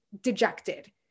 dejected